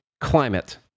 climate